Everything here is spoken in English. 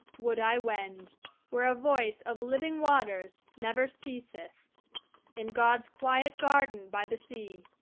would i wend where a voice of living waters never ceaseth in god's quiet garden by the sea,